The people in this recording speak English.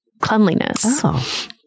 cleanliness